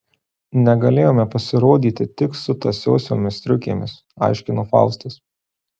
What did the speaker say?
negalėjome pasirodyti tik su tąsiosiomis striukėmis aiškino faustas